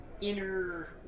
Inner